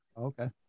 Okay